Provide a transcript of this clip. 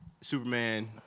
Superman